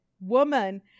woman